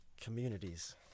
Communities